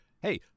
hey